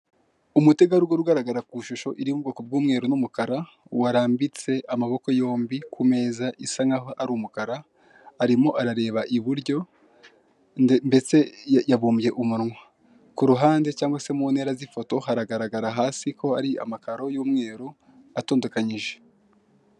Umutegarugori ugaragara ku shusho iri mu bwoko bw'umweru n'umukara warambitse amaboko yombi ku meza isa n'aho ari umukara, arimo arareba iburyo ndetse yabumbye umunwa, ku ruhanande cyangwa se mu ntera z'ifoto, haragaragara hasi ko hari amakaro y'umweru atondekanyije.